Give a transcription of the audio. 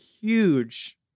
huge